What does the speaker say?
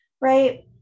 right